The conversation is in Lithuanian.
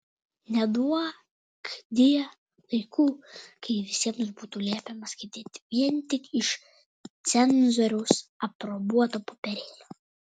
neduokdie laikų kai visiems būtų liepiama skaityti vien tik iš cenzoriaus aprobuoto popierėlio